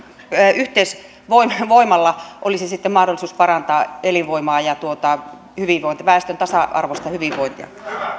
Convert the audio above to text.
yhteisvoimalla olisi sitten mahdollisuus parantaa elinvoimaa ja väestön tasa arvoista hyvinvointia